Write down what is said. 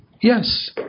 Yes